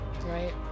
right